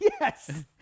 Yes